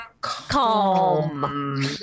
calm